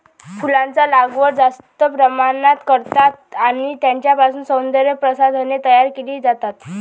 फुलांचा लागवड जास्त प्रमाणात करतात आणि त्यांच्यापासून सौंदर्य प्रसाधने तयार केली जातात